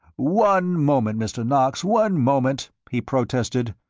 one moment, mr. knox, one moment, he protested.